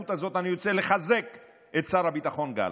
ובהזדמנות הזאת אני רוצה לחזק את שר הביטחון גלנט,